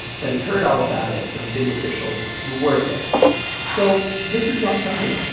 but he heard all about it from city officials who were there so mr. trump comes in